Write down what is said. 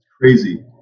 Crazy